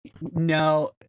no